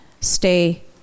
stay